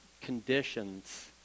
conditions